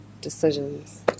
decisions